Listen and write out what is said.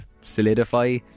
solidify